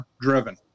driven